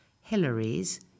Hillary's